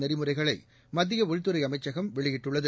நெறிமுறைகளை மத்திய உள்துறை அமைச்சகம் வெளியிட்டுள்ளது